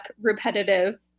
repetitive